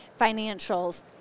financials